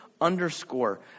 underscore